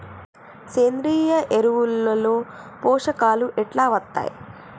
సేంద్రీయ ఎరువుల లో పోషకాలు ఎట్లా వత్తయ్?